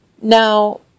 Now